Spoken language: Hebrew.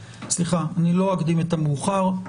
סליחה, אני לא אקדים את המאוחר.